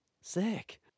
Sick